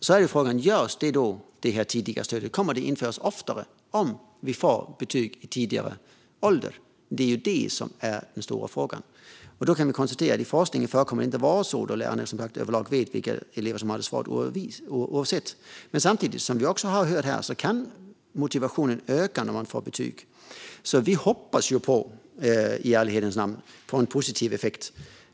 Sedan är frågan om detta tidiga stöd kommer att införas oftare om eleverna får betyg vid lägre ålder. Det är det som är den stora frågan. Då kan vi konstatera att lärarna enligt forskningen överlag vet vilka elever som har det svårt oavsett. Men samtidigt, som vi också har hört här, kan motivationen öka när man får betyg. Vi hoppas därför i ärlighetens namn på en positiv effekt.